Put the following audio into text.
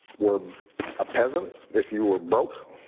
were a peasant, if you were broke,